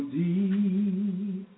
deep